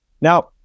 now